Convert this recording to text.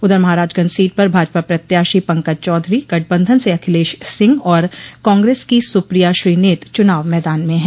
उधर महाराजगंज सीट पर भाजपा प्रत्याशी पंकज चौधरी गठबंधन से अखिलेश सिंह और कांग्रेस की सुप्रिया श्रीनेत चुनाव मैदान में है